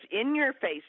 in-your-face